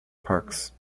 parks